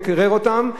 זה מקרר אותם,